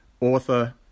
author